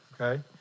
okay